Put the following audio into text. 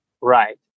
Right